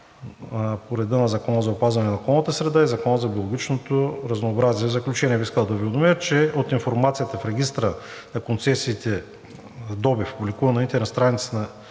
по реда на Закона за опазване на околната среда и Закона за биологичното разнообразие. В заключение бих искал да Ви уведомя, че от информацията в регистъра на концесиите за добив, публикуван на интернет страницата